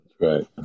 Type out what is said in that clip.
right